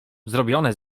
zrobione